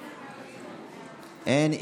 אין.